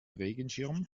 regenschirm